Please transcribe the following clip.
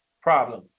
problem